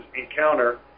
encounter